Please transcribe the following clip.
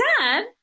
dad